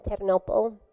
Ternopil